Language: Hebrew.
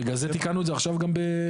בגלל זה תיקנו את זה עכשיו גם בתמ"א.